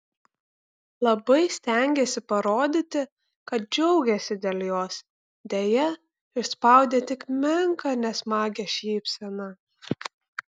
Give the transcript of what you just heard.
labai stengėsi parodyti kad džiaugiasi dėl jos deja išspaudė tik menką nesmagią šypseną